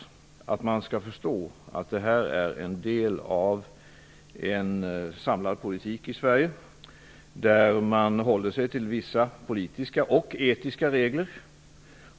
Jag hoppas att man skall förstå att regeringens inställning utgör en del av Sveriges samlade politik, som innebär vissa politiska och etiska regler.